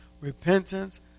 Repentance